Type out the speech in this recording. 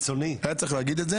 היה צריך להגיד את זה,